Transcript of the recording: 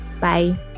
Bye